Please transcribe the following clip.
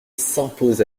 s’impose